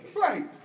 Right